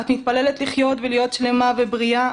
את מתפללת לחיות ולהיות שלמה ובריאה,